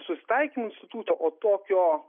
susitaikymo institutą o tokio